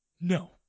No